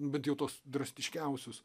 bent jau tuos drastiškiausius